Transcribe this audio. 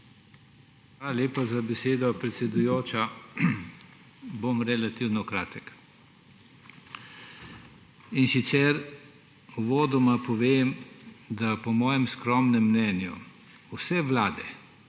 Hvala lepa za besedo, predsedujoča. Bom relativno kratek, in sicer uvodoma povem, da po mojem skromnem mnenju vse vlade,